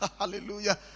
Hallelujah